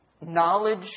knowledge